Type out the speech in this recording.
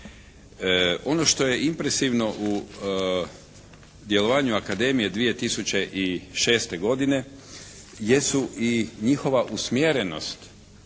Ono što je impresivno u djelovanju Akademije 2006. godine jesu i njihova usmjerenost